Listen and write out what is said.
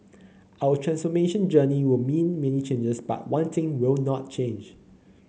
our transformation journey will mean many changes but one thing will not change